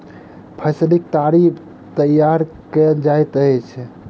फसीलक ताड़ी तैयार कएल जाइत अछि